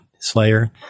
Slayer